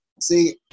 See